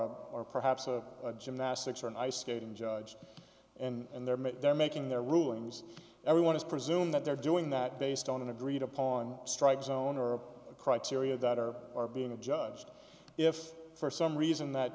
a or perhaps a gymnastics or an ice skating judge and they're made they're making their rulings everyone is presumed that they're doing that based on an agreed upon strike zone or criteria that are are being adjudged if for some reason that